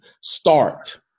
start